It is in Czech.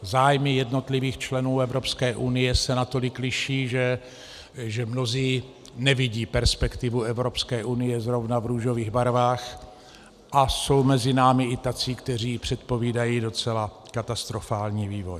Zájmy jednotlivých členů Evropské unie se natolik liší, že mnozí nevidí perspektivu Evropské unie zrovna v růžových barvách, a jsou mezi námi i tací, kteří předpovídají docela katastrofální vývoj.